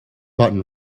button